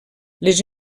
les